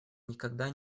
никогда